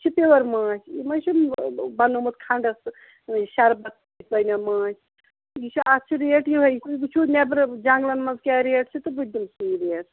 یہِ چھُ پِیور ماچھ یہِ مہ چھُ بَنومُت کھنڈَس تہٕ سُے شربَتھ سٕے بَنے ماچھ یہِ چھُ اَتھ چھِ ریٹ یِہٕے یہِ وٕچھو نیبرٕ جَنگلَن منٛز کیاہ ریٹ چھِ تہٕ بہٕ تہِ دِمہٕ سُے ریٹ